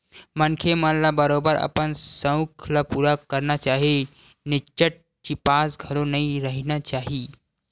मनखे मन ल बरोबर अपन सउख ल पुरा करना चाही निच्चट चिपास घलो नइ रहिना चाही